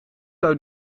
zou